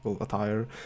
attire